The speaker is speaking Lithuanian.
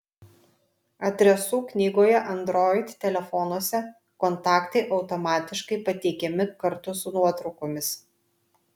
adresų knygoje android telefonuose kontaktai automatiškai pateikiami kartu su nuotraukomis